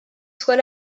soit